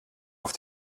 auf